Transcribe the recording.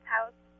house